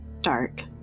dark